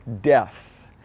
death